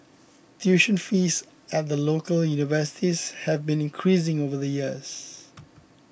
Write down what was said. tuition fees at the local universities have been increasing over the years